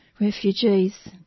Refugees